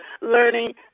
learning